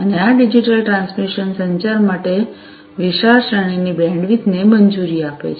અને આ digital transmission સંચાર માટે વિશાળ શ્રેણીની બેન્ડવિડ્થ ને મંજૂરી આપે છે